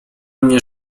mnie